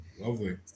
lovely